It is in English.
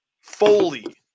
Foley